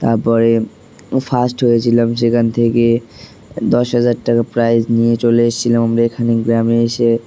তারপরে ফার্স্ট হয়েছিলাম সেখান থেকে দশ হাজার টাকা প্রাইজ নিয়ে চলে এসছিলাম আমরা এখানে গ্রামে এসে